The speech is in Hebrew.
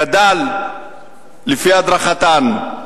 גדל לפי הדרכתן.